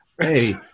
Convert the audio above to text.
Hey